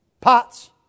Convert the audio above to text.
pots